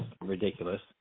ridiculous